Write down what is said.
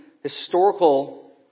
historical